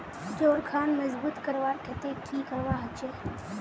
जोड़ खान मजबूत करवार केते की करवा होचए?